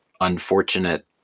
unfortunate